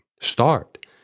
Start